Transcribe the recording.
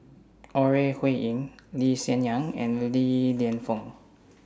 Ore Huiying Lee Hsien Yang and Li Lienfung